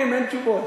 נשמע.